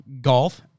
golf